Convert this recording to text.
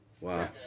Wow